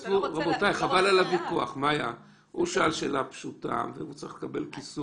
בסכום שווה ערך ל-50,000 שקלים חדשים לפחות ולעניין אשראי